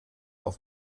auf